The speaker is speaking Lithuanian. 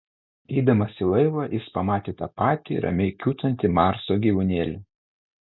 eidamas į laivą jis pamatė tą patį ramiai kiūtantį marso gyvūnėlį